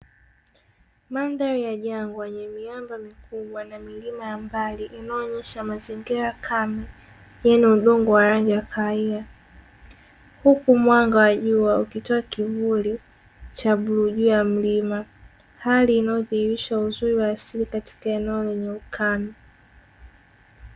Madhari ya jangwa yenye miamba mikubwa na milima ya mbali inayoonyesha mazingira kame yenye udongo wa rangi ya kahawia, huku mwanga wa jua ukitoa kivuli cha bluu juu ya mlima hali inayodhihirisha uzuri wa asili katika eneo lenye ukame.